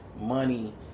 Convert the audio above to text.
money